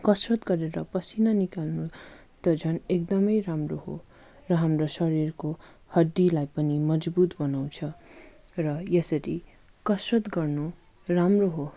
कसतर गरेर पसिना निकाल्नु त झन् एकदमै राम्रो हो र हाम्रो शरीरको हड्डीलाई पनि मजबुत बनाउँछ र यसरी कसरत गर्नु राम्रो हो